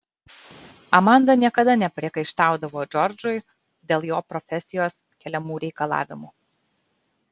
amanda niekada nepriekaištaudavo džordžui dėl jo profesijos keliamų reikalavimų